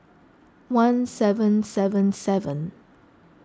one seven seven seven